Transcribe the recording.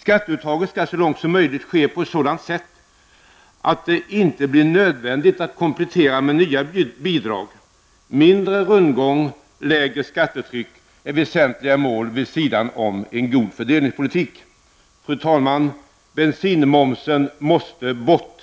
Skatteuttaget skall så långt som möjligt ske på ett sådant sätt att det inte blir nödvändigt att komplettera med nya bidrag. Mindre rundgång och lägre skattetryck är väsentliga mål vid sidan av en god fördelningspolitik. Fru talman! Bensinmomsen måste bort!